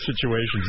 situations